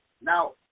Now